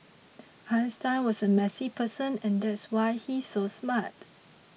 Einstein was a messy person and that's why he's so smart